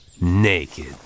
Naked